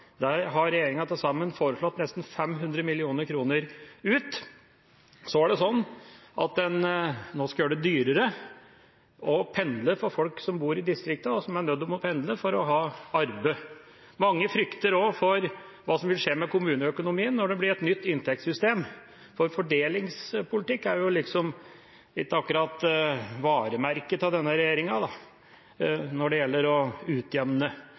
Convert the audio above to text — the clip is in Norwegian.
Der har regjeringa til sammen foreslått nesten 500 mill. kr ut. Så skal en nå gjøre det dyrere å pendle for folk som bor i distriktene, og som er nødt til å pendle for å arbeide. Mange frykter også for hva som vil skje med kommuneøkonomien når det blir et nytt inntektssystem, for fordelingspolitikk er ikke akkurat varemerket til denne regjeringa når det gjelder utjevning. Mitt spørsmål er: Hvorfor velger Høyre å